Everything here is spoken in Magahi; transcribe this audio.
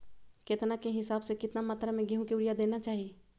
केतना के हिसाब से, कितना मात्रा में गेहूं में यूरिया देना चाही?